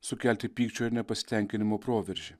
sukelti pykčio ir nepasitenkinimo proveržį